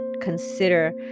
consider